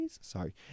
Sorry